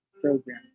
program